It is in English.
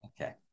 okay